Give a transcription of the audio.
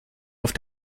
auf